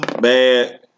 Bad